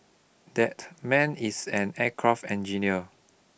that man is an aircraft engineer